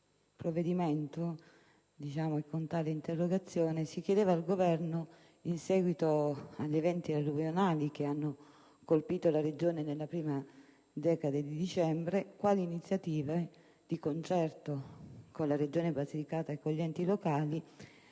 sette mesi fa. Con tale interrogazione si chiedeva al Governo, in seguito agli eventi alluvionali che hanno colpito la Regione Basilicata nella prima decade di dicembre, quali iniziative, di concerto con la Regione stessa e con gli enti locali